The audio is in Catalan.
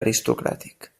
aristocràtic